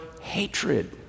hatred